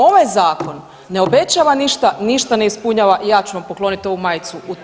Ovaj zakon ne obećava ništa, ništa ne ispunjava i ja ću vam pokloniti ovu majicu u tom